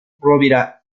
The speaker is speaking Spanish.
rovira